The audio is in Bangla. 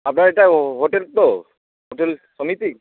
আপনার এটা হোটেল তো হোটেল সমিতি